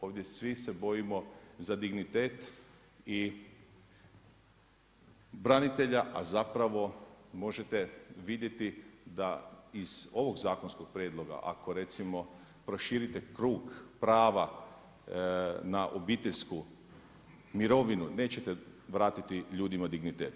Ovdje svi se bojimo za dignitet branitelja, a zapravo možete vidjeti da iz ovog zakonskog prijedloga ako recimo proširite krug prava na obiteljsku mirovinu nećete vratiti ljudima dignitet.